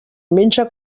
menja